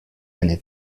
eine